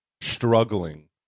struggling